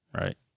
Right